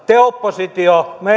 te oppositio meinaatte